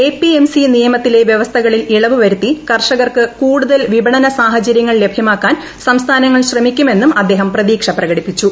A P M C നിയമത്തിലെ വൃവസ്ഥകളിൽ ഇളവ് വരുത്തി കർഷകർക്ക് കൂടുതൽ വിപണന സാഹചര്യങ്ങൾ ലഭ്യമാക്കാൻ സംസ്ഥാനങ്ങൾ ശ്രമിക്കുമെന്നും അദ്ദേഹം പ്രതീക്ഷ പ്രകടിപ്പിച്ചു